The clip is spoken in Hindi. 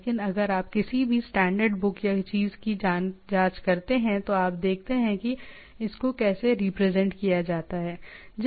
लेकिन अगर आप किसी भी स्टैंडर्ड बुक या चीज की जांच करते हैं तो आप देखते हैं कि इसको कैसे रिप्रेजेंट किया जाता है